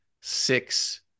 six